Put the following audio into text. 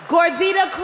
Gordita